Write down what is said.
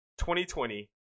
2020